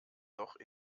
doch